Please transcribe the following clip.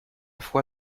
foi